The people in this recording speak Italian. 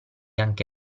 anche